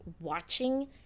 watching